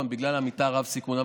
בגלל המתאר רב הסיכון.